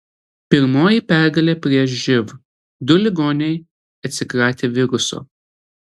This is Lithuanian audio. pirmoji pergalė prieš živ du ligoniai atsikratė viruso